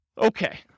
Okay